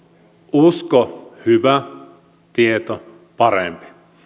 usko hyvä tieto parempi